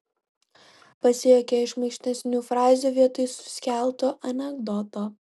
pasijuokia iš šmaikštesnių frazių vietoj suskelto anekdoto